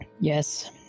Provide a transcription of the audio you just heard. Yes